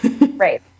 Right